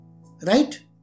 Right